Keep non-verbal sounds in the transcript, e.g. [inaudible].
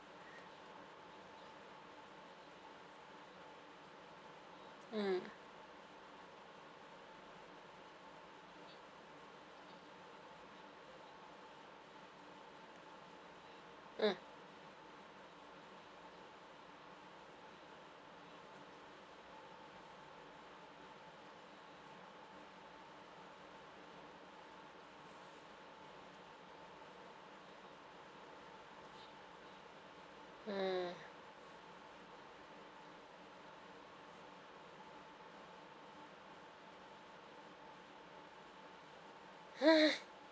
mm mm mm [laughs]